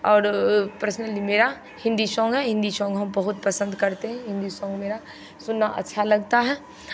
और पर्सनली मेरा हिन्दी सॉन्ग है हिन्दी सॉन्ग हम बहुत पसन्द करते हैं हिन्दी सॉन्ग मेरा सुनना अच्छा लगता है